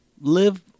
live